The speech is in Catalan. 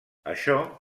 això